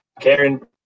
Karen